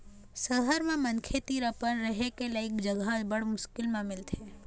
सहर म मनखे तीर अपने रहें के लइक जघा बड़ मुस्कुल ल मिलथे